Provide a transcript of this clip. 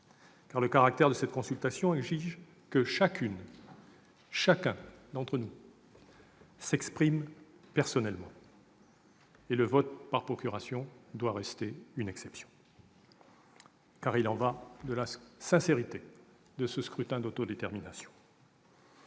car le caractère de cette consultation exige que chacune et chacun d'entre nous s'expriment personnellement. Le vote par procuration doit rester l'exception. Il y va de la sincérité de ce scrutin d'autodétermination.